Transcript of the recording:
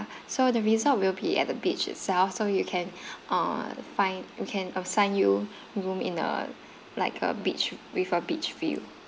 so the resort will be at the beach itself so you can uh find we can assign you room in a like a beach with a beach view